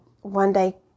one-day